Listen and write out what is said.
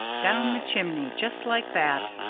down the chimney just like that!